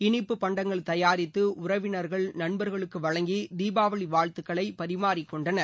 இனிப்பு பண்டங்கள் தயாரித்து உறவினர்கள் நண்பர்களுக்கு வழங்கி தீபாவளி வாழ்த்துக்களை பரிமாறிக் கொண்டனர்